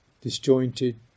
disjointed